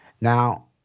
Now